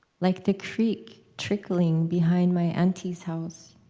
like the creek trickling behind my auntie's house,